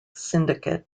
syndicate